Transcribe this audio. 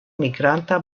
migranta